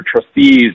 trustees